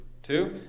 Two